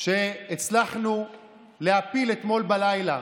שהצלחנו להפיל אתמול בלילה,